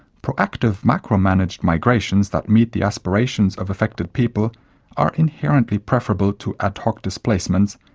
proactive macro-managed migrations that meet the aspirations of affected people are inherently preferable to ad hoc displacements,